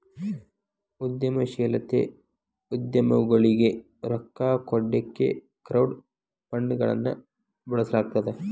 ಉದ್ಯಮಶೇಲತೆ ಉದ್ಯಮಗೊಳಿಗೆ ರೊಕ್ಕಾ ಕೊಡ್ಲಿಕ್ಕೆ ಕ್ರೌಡ್ ಫಂಡ್ಗಳನ್ನ ಬಳಸ್ಲಾಗ್ತದ